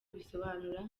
bisobanura